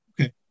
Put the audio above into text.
Okay